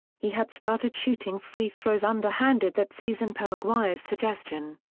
he had started shooting free throws underhanded that season per mcguire's suggestion.